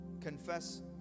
Confess